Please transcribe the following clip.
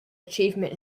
achievement